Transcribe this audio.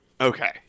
Okay